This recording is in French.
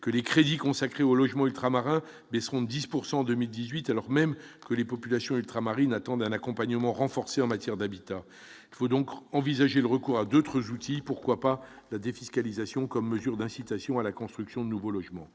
que les crédits consacrés aux logements ultramarins baisseront 10 pourcent 2018 alors même que les populations ultramarines attendent un accompagnement renforcé en matière d'habitat, il faut donc envisager le recours à 2 autres outils, pourquoi pas, la défiscalisation comme mesures d'incitation à la construction de nouveaux logements,